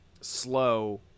slow